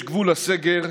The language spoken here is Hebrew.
יש גבול לסגר,